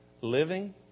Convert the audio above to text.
living